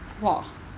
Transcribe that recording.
!wah!